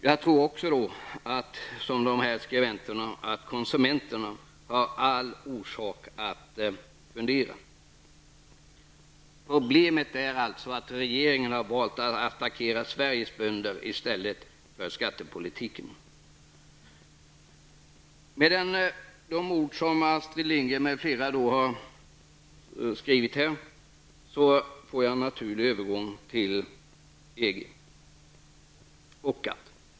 Jag tror liksom dessa skribenter att konsumenterna har all orsak att fundera. Problemet är att regeringen har valt att attackera Sveriges bönder i stället för skattepolitiken. Med dessa ord av Astrid Lindgren m.fl. får jag en naturlig övergång till EG och GATT.